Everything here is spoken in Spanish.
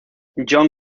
john